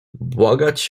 błagać